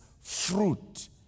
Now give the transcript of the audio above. fruit